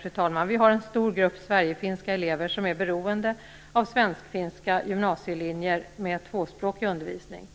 Fru talman! Vi har en stor grupp Sverigefinska elever som är beroende av svensk-finska gymnasielinjer med tvåspråkig undervisning.